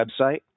website